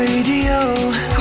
Radio